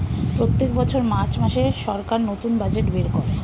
প্রত্যেক বছর মার্চ মাসে সরকার নতুন বাজেট বের করে